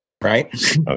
Right